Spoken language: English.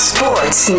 Sports